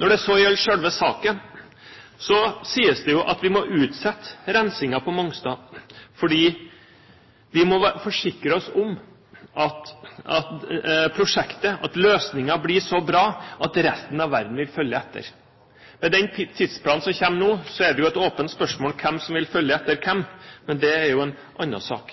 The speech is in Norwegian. Når det så gjelder selve saken, sies det at vi må utsette rensingen på Mongstad fordi vi må forsikre oss om at løsningen på prosjektet blir så bra at resten av verden vil følge etter. Med den tidsplanen som kommer nå, er det jo et åpent spørsmål om hvem som vil følge etter hvem, men det er jo en annen sak.